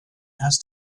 has